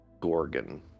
Gorgon